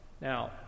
Now